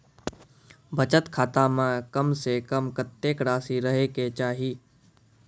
बचत खाता म कम से कम कत्तेक रासि रहे के चाहि?